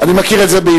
אני מכיר את זה בעברית.